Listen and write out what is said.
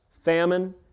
Famine